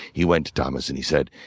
he went to thomas and he said,